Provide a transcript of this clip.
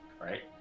Right